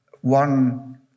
one